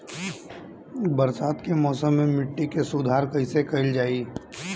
बरसात के मौसम में मिट्टी के सुधार कईसे कईल जाई?